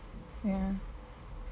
ya